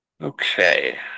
Okay